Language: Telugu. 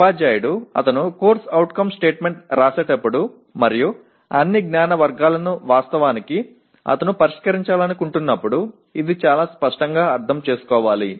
ఉపాధ్యాయుడు అతను CO స్టేట్మెంట్ రాసేటప్పుడు మరియు అన్ని జ్ఞాన వర్గాలను వాస్తవానికి అతను పరిష్కరించాలనుకుంటున్నప్పుడు ఇది చాలా స్పష్టంగా అర్థం చేసుకోవాలి